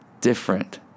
different